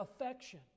affection